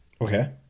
okay